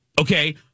Okay